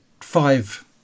five